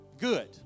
good